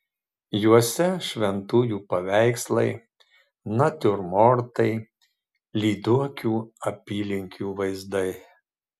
juose šventųjų paveikslai natiurmortai lyduokių apylinkių vaizdai